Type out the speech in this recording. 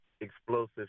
explosive